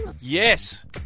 Yes